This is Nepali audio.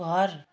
घर